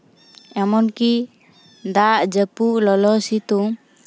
ᱮᱢᱚᱱ ᱠᱤ ᱫᱟᱜ ᱡᱟᱹᱯᱩᱫ ᱞᱚᱞᱚ ᱥᱤᱛᱩᱝ